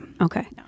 Okay